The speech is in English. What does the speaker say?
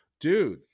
Dude